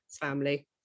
family